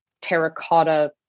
terracotta